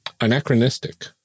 Anachronistic